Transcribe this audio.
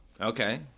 Okay